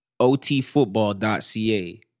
otfootball.ca